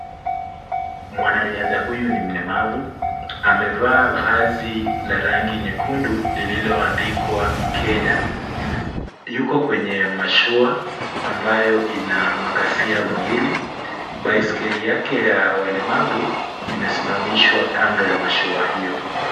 Mwanariadha huyu ni mlemavu. Amevaa vazi la rangi nyekundu lililoandikwa Kenya. Yuko kwenye mashua ambayo ina makasia mawili. Baiskeli yake ya walemavu imesimamishwa kando ya mashua hiyo.